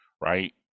right